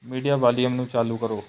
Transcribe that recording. media volume ਨੂੰ ਚਾਲੂ ਕਰੋ